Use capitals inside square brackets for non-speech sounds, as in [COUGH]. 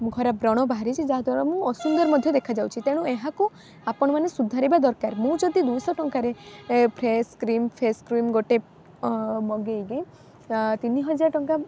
[UNINTELLIGIBLE] ବ୍ରଣ ବାହାରିଛି ଯାହାଦ୍ୱାରା ମୁଁ ଅସୁନ୍ଦର ମଧ୍ୟ ଦେଖାଯାଉଛି ତେଣୁ ଏହାକୁ ଆପଣମାନେ ସୁଧାରିବା ଦରକାର ମୁଁ ଯଦି ଦୁଇଶହ ଟଙ୍କାରେ ଏ ଫେସ୍ କ୍ରିମ୍ ଫେସ୍ କ୍ରିମ୍ ଗୋଟେ ମଗେଇକି ତିନି ହଜାର ଟଙ୍କା